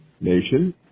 Nation